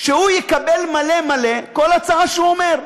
שהוא יקבל, מלא מלא, כל הצעה שהוא אומר.